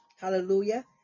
Hallelujah